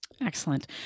Excellent